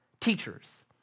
Teachers